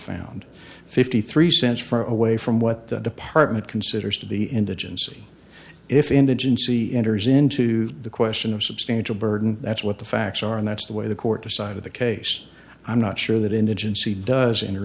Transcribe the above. found fifty three cents for away from what the department considers to the indigency if indigency enters into the question of substantial burden that's what the facts are and that's the way the court decided the case i'm not sure that indigency does enter